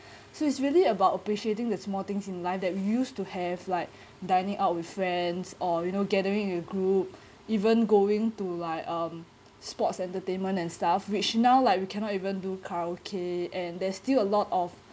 so it's really about appreciating the small things in life that used to have like dining out with friends or you know gathering with group even going to like um sports entertainment and stuff which now like we cannot even do karaoke and there's still a lot of